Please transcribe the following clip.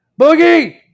Boogie